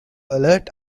alert